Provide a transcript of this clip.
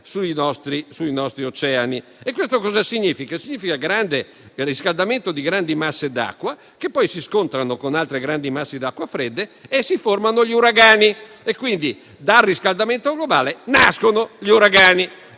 sui nostri oceani. Ciò comporta il riscaldamento di grandi masse d'acqua, che poi si scontrano con altre grandi masse d'acqua fredda e si formano gli uragani; pertanto, dal riscaldamento globale nascono gli uragani.